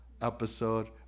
episode